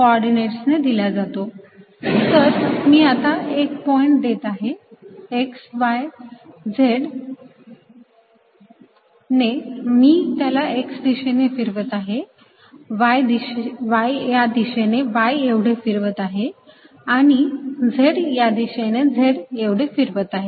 तर मी आता एक पॉईंट देत आहे x y z ने मी त्याला x दिशेने फिरवत आहे y या दिशेने y एवढे फिरवत आहे आणि z या दिशेने z एवढे फिरवत आहे